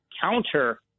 counter